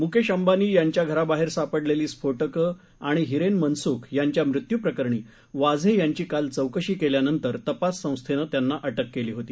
मुकेश अंबानी यांच्या घराबाहेर सापडलेली स्फोटकं आणि हिरेन मनसूख यांच्या मृत्यूप्रकरणी वाझे यांची काल चौकशी केल्यानंतर तपास संस्थेनं त्यांना अटक केली होती